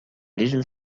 little